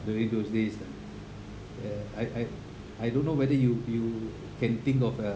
during those days ah ya I I I don't know whether you you can think of uh